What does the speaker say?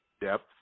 depth